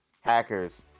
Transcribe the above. Hackers